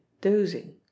dozing